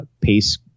pace